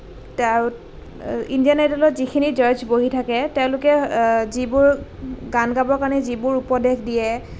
আৰু ইণ্ডিয়ান আইডলত যিখিনি জাজ বহি থাকে তেওঁলোকে যিবোৰ গান গাবৰ কাৰণে যিবোৰ উপদেশ দিয়ে